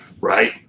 right